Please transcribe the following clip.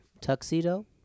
Tuxedo